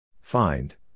Find